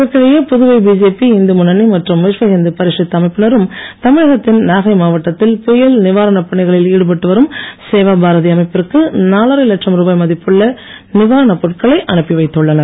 இதற்கிடையே புதுவை பிஜேபி இந்து முன்னணி மற்றும் விஷ்வஹிந்து பரிஷித் அமைப்பினரும் தமிழகத்தின் நாகை மாவட்டத்தில் புயல் நிவாரணப் பணிகளில் ஈடுபட்டு வரும் சேவா பாரதி அமைப்பிற்கு நாலரை லட்சம் ருபாய் மதிப்புள்ள நிவாரணப் பொருட்களை அனுப்பி வைத்துள்ளனர்